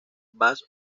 vas